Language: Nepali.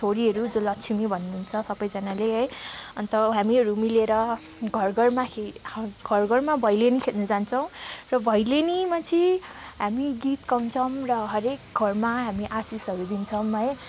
छोरीहरू जो लक्ष्मी भन्नुहुन्छ सबैजनाले है अन्त हामीहरू मिलेर घर घरमा खेल घर घरमा भैलिनी खेल्नु जान्छौँ र भैलिनीमा चाहिँ हामी गीत गाउँछौँ र हरेक घरमा हामी आशीषहरू दिन्छौँ है